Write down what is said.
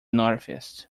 northeast